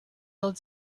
old